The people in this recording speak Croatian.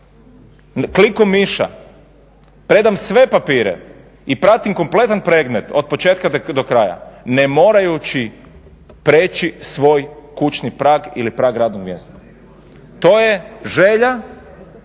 klikom miša predam sve papire i pratim kompletan predmet od početka do kraja, ne morajući preći svoj kućni prag ili prag radnog mjesta. To je želja